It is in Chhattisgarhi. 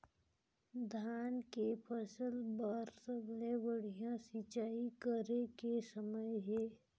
धान के फसल बार सबले बढ़िया सिंचाई करे के समय हे?